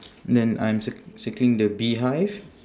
then I'm cir~ circling the beehive